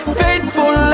faithful